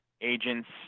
agents